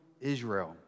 Israel